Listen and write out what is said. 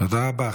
תודה רבה.